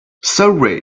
sorry